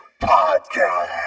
Podcast